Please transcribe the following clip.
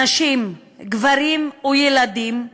נשים, גברים וילדים,